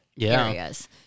areas